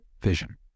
Vision